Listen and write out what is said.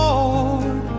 Lord